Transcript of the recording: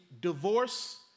divorce